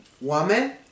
woman